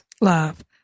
love